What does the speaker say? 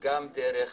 גם דרך